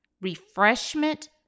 refreshment